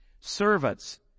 Servants